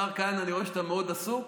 השר כהנא, אני רואה שאתה מאוד עסוק